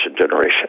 Generation